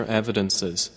evidences